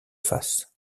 face